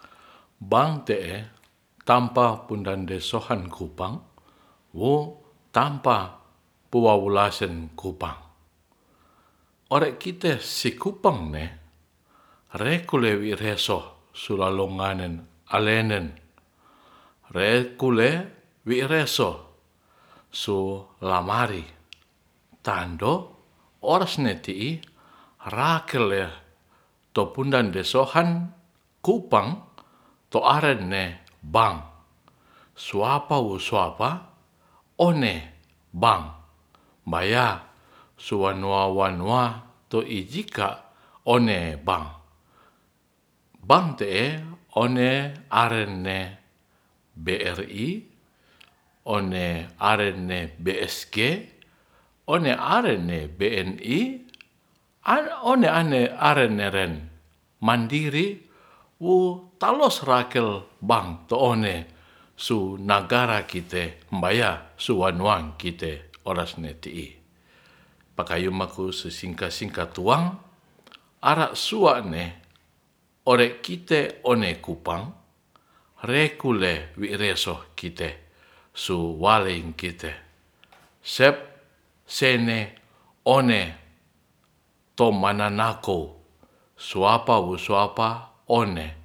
Bank te'e tampa pundade sohan kupang wo tampa puwawo lasen kupang ore kite si kupang ne re kulewi resoh sulalo manen alenen rekule wi reso su lamari tando ores ne ti'i rakel le to pundan desohan kupang to aren ne bank suapa-wusuapa one bank baya sua noa wanoa to i jika one bank bank te'e one arenne bri ore arene bsg one arenne bni one ane aren neren manadiri wo talos rakel bank to one su negara kite baya suwan wan kite kite oras ne ti'i pakayu maku sesika-singka tuang ara sua'ne ore kite one kupang rekule wi reso kite suwalei kite sep sene one tomananako suapa-wo suapa one